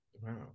Wow